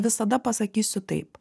visada pasakysiu taip